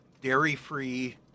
Dairy-free